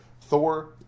Thor